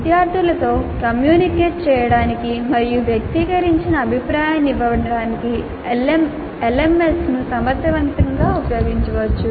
విద్యార్థులతో కమ్యూనికేట్ చేయడానికి మరియు వ్యక్తిగతీకరించిన అభిప్రాయాన్ని ఇవ్వడానికి LMS ను సమర్థవంతంగా ఉపయోగించవచ్చు